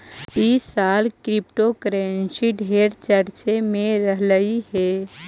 ई साल क्रिप्टोकरेंसी ढेर चर्चे में रहलई हे